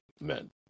men